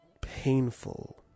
Painful